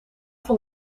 van